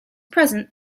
present